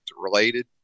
related